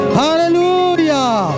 hallelujah